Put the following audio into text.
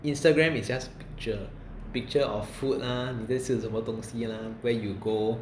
Instagram is just picture picture of food ah 你在吃什么东西啦 where you go